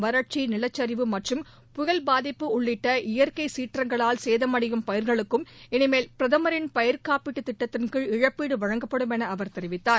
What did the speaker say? வறட்சி நிலச்சரிவு மற்றும் புயல் பாதிப்பு உள்ளிட்ட இயற்கை சீற்றங்களால் சேதமடையும் பயிர்களுக்கும் இனிமேல் பிரதமரின் திட்டத்தின் கீழ் இழப்பீடு வழங்கப்படும் என அவர் பயிர்காப்பீடு தெரிவித்தார்